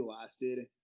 lasted